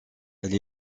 elle